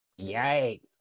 yikes